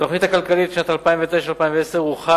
בתוכנית הכלכלית לשנים 2009 2010 הוחל